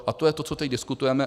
A to je to, co teď diskutujeme.